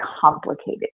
complicated